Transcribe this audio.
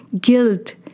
guilt